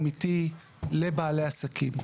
אמיתי לבעלי העסקים.